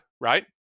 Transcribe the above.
Right